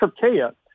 Turkey